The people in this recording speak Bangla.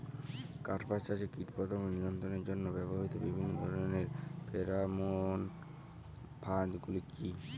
কাপাস চাষে কীটপতঙ্গ নিয়ন্ত্রণের জন্য ব্যবহৃত বিভিন্ন ধরণের ফেরোমোন ফাঁদ গুলি কী?